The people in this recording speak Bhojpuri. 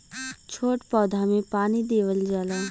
छोट पौधा में पानी देवल जाला